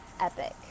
epic